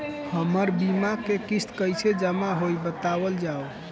हमर बीमा के किस्त कइसे जमा होई बतावल जाओ?